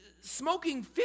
smoking